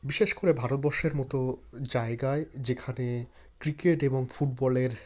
বিশেষ করে ভারতবর্ষের মতো জায়গায় যেখানে ক্রিকেট এবং ফুটবলের